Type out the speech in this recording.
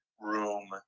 room